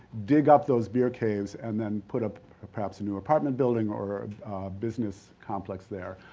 dig up those beer caves and then put up perhaps a new apartment building or a business complex there.